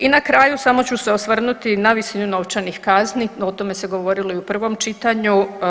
I na kraju samo ću se osvrnuti na visinu novčanih kazni, o tome se govorilo i u prvom čitanju.